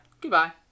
Goodbye